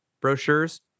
brochures